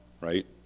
right